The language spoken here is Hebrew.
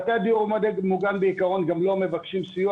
בתי הדיור המוגן בעיקרון גם לא מבקשים סיוע